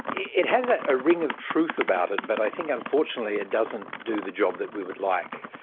it has a ah ring of truth about it, but i think unfortunately it doesn't do the job that we would like.